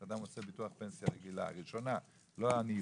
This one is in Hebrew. כשאדם עושה ביטוח פנסיה רגילה, ראשונה, לא הניוד,